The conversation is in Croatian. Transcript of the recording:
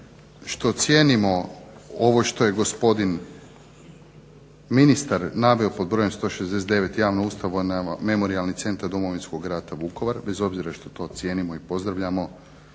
što cijenimo ovo što je gospodin ministar naveo pod brojem 169. javnu ustanovu Memorijalni centar Domovinskog rata Vukovar, bez obzira što to cijenimo i pozdravljamo